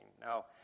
Now